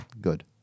good